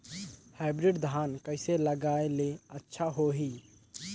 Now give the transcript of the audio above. Hybrid धान कइसे लगाय ले अच्छा होही?